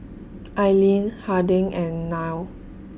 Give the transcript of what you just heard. Aileen Harding and Nile